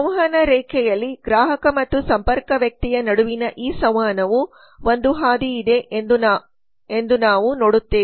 ಸಂವಹನ ರೇಖೆಯಲ್ಲಿ ಗ್ರಾಹಕ ಮತ್ತು ಸಂಪರ್ಕ ವ್ಯಕ್ತಿಯ ನಡುವಿನ ಈ ಸಂವಹನವು ಒಂದು ಹಾದಿ ಇದೆ ಎಂದು ಈಗ ನಾವು ನೋಡುತ್ತೇವೆ